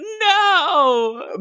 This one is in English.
no